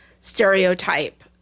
stereotype